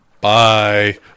Bye